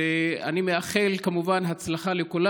ואני מאחל כמובן הצלחה לכולם.